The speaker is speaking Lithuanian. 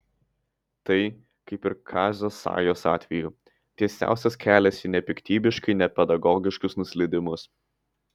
tai kaip ir kazio sajos atveju tiesiausias kelias į nepiktybiškai nepedagogiškus nuslydimus